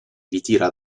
ritira